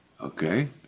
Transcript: Okay